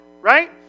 right